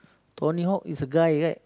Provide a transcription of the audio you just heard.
Tony-Hawk is a guy right